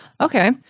Okay